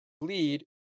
lead